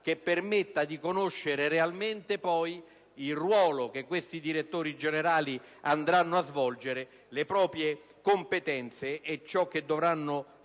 che permetta di conoscere realmente il ruolo che questi direttori generali andranno a svolgere, le rispettive competenze e ciò che dovranno fare,